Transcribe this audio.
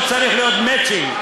לא צריך להיות מצ'ינג.